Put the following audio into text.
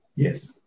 Yes